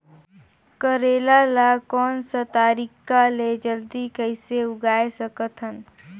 करेला ला कोन सा तरीका ले जल्दी कइसे उगाय सकथन?